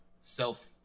self